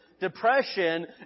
depression